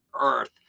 earth